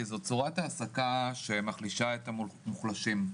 זו צורת העסקה שמחלישה את המוחלשים.